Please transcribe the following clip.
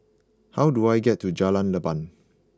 how do I get to Jalan Leban